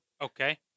Okay